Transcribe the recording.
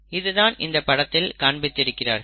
இதுதான் இந்த படத்தில் காண்பித்திருக்கிறார்கள்